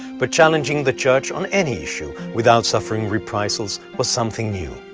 but challenging the church on any issue without suffering reprisals was something new.